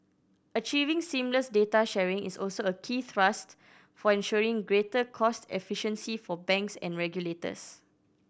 achieving seamless data sharing is also a key thrust for ensuring greater cost efficiency for banks and regulators